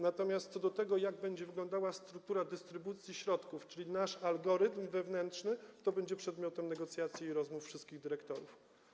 Natomiast co do tego, jak będzie wyglądała struktura dystrybucji środków, czyli nasz algorytm wewnętrzny, to będzie przedmiotem negocjacji i rozmów wszystkich dyrektorów.